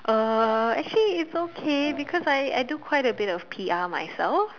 uh actually it's okay because I I do quite a bit of P_R myself